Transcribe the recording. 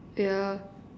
yeah